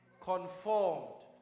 conformed